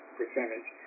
percentage